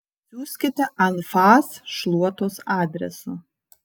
siųskite anfas šluotos adresu